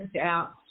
out